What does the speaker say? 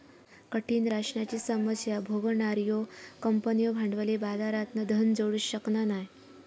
कठीण राशनाची समस्या भोगणार्यो कंपन्यो भांडवली बाजारातना धन जोडू शकना नाय